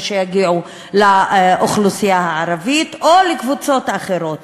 שיגיעו לאוכלוסייה הערבית או לקבוצות אחרות.